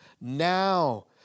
Now